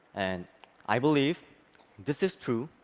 and i believe this is true,